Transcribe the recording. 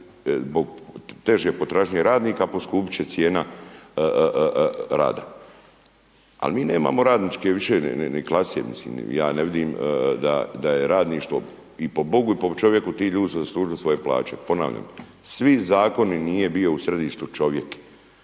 teže potražnje radnika, poskupiti će cijena rada. Al mi nemamo radničke više ni klase, mislim, ja ne vidim da je radništvo i po Bogu i po čovjeku, ti ljudi su zaslužili svoje plaće. Ponavljam, svi Zakoni nije bio u središtu čovjek.